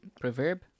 proverb